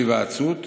להיוועצות,